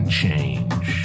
change